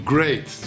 Great